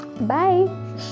Bye